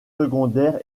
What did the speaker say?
secondaires